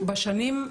שבשנים,